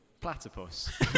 platypus